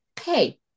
Hey